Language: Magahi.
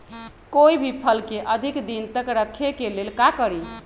कोई भी फल के अधिक दिन तक रखे के लेल का करी?